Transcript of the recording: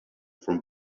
from